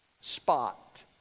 spot